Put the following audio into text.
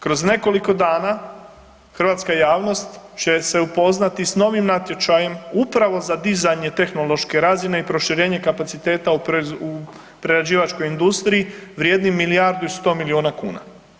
Kroz nekoliko dana hrvatska javnost će se upoznati s novim natječajem upravo za dizanje tehnološke razine i proširenje kapaciteta u prerađivačkoj industriji vrijedni milijardu i 100 milijuna kuna.